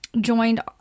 joined